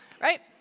Right